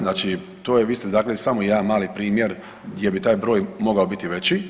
Znači to je, vi ste istaknuli samo jedan mali primjer gdje bi taj broj mogao biti i veći.